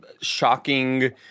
shocking